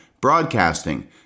broadcasting